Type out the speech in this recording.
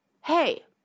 Hey